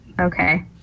Okay